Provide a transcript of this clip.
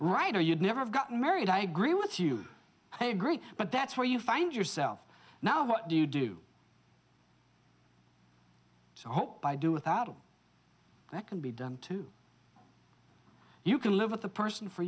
right or you'd never have gotten married i agree with you i agree but that's where you find yourself now what do you do so i hope i do without him that can be done to you can live with the person for